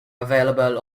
available